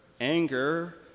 anger